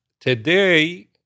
Today